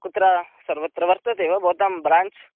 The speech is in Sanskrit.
कुत्र सर्वत्र वर्तते वा भवतां ब्राञ्च्